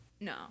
no